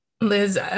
Liz